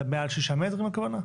זה מעל שישה מטרים הכוונה?